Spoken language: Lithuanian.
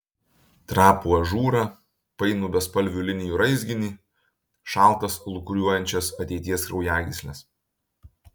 trapų ažūrą painų bespalvių linijų raizginį šaltas lūkuriuojančias ateities kraujagysles